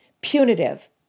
punitive